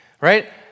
right